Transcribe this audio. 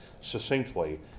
succinctly